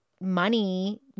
money